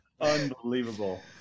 Unbelievable